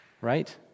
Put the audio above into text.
right